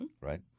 Right